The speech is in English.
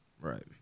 right